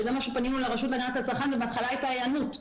שזה מה שפנינו לרשות להגנת הצרכן ובהתחלה הייתה היענות.